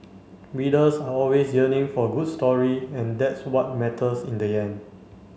readers are always yearning for a good story and that's what matters in the end